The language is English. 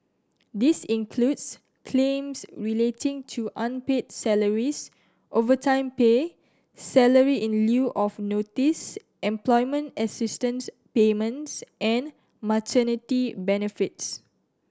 this includes claims relating to unpaid salaries overtime pay salary in lieu of notice employment assistance payments and maternity benefits